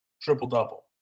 triple-double